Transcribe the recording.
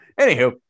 anywho